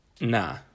Nah